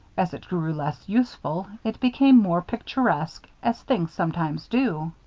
as it grew less useful, it became more picturesque, as things sometimes do.